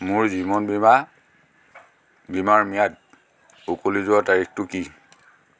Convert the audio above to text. মোৰ জীৱন বীমা বীমাৰ ম্যাদ উকলি যোৱাৰ তাৰিখটো কি